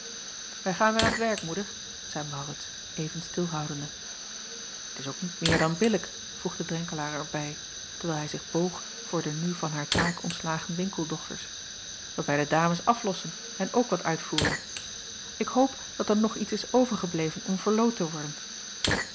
ij gaan weêr aan t werk oeder zeî aurits even stilhoudende t s ook niet meer dan billijk voegde renkelaer er bij terwijl hij zich boog voor de nu van haar taak ontslagen winkeldochters dat wij de dames aflossen en ook wat uitvoeren k hoop dat er nog iets is overgebleven om verloot te worden